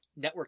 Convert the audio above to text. networking